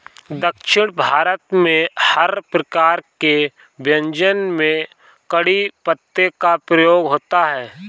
दक्षिण भारत में हर प्रकार के व्यंजन में कढ़ी पत्ते का प्रयोग होता है